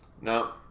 No